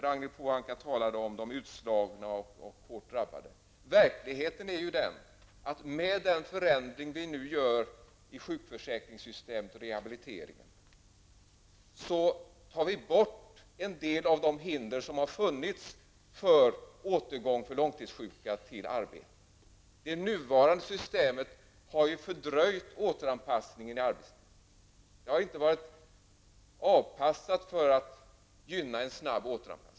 Ragnhild Pohanka talade om de utslagna och andra hårt drabbade. Verkligheten är ju den att med den förändring som vi nu gör beträffande sjukförsäkringssystemet och rehabiliteringen tar vi bort en del av de hinder som har funnits för långtidssjukas återgång till arbetet. Det nuvarande systemet har ju fördröjt återanpassningen i arbetslivet. Det har inte varit avpassat för att gynna en snabb återgång.